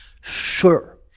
Sure